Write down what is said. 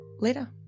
later